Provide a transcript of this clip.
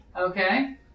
Okay